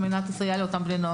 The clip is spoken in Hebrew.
על מנת לסייע להם.